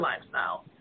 lifestyle